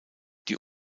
die